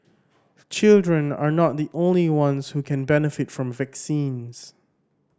children are not the only ones who can benefit from vaccines